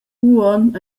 uonn